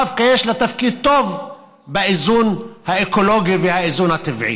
דווקא יש לה תפקיד טוב באיזון האקולוגי ובאיזון הטבעי.